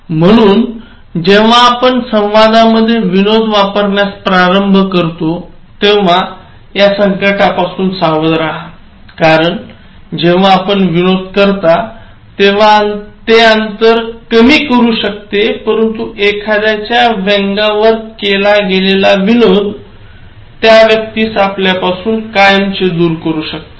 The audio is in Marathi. म्हणून जेव्हा आपण संवादामध्ये विनोद वापरण्यास प्रारंभ करता तेव्हा या संकटांपासून सावध रहा कारण जेव्हा आपण विनोद करता तेव्हा ते अंतर कमी करू शकते परंतु एखाद्याच्या व्यंगावर केला गेलेला विनोद त्या व्यक्तीस आपल्यापासून कायमचे दूर करू शकते